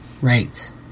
Right